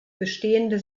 bestehende